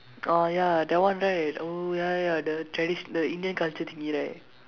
oh ya that one right oh ya ya the tradition the Indian culture thingy right